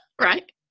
right